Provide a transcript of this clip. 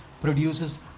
produces